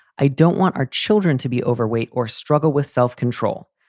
i don't want our children to be overweight or struggle with self-control.